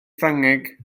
ffrangeg